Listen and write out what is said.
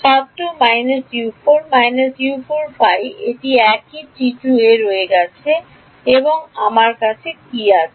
ছাত্র − U4 − U4Φ এটি একই রয়ে গেছে এবং আমার কী আছে